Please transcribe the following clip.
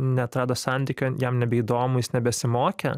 neatrado santykio jam nebeįdomu jis nebesimokė